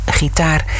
gitaar